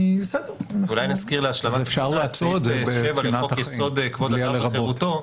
אולי נזכיר להשלמת התמונה את סעיף 7 לחוק-יסוד: כבוד האדם וחירותו,